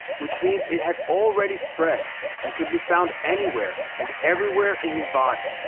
which means it had already spread and could be found anywhere and everywhere in his body.